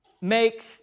make